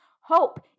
Hope